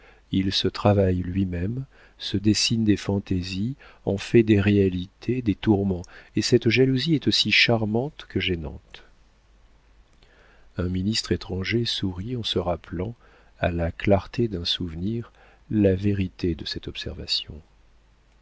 il se travaille lui-même se dessine des fantaisies en fait des réalités des tourments et cette jalousie est aussi charmante que gênante un ministre étranger sourit en se rappelant à la clarté d'un souvenir la vérité de cette observation